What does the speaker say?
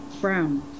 Brown